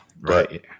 Right